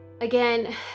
again